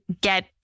get